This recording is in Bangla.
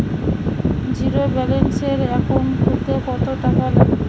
জিরোব্যেলেন্সের একাউন্ট খুলতে কত টাকা লাগবে?